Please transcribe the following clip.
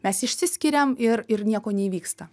mes išsiskiriam ir ir nieko neįvyksta